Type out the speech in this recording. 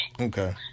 Okay